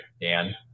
Dan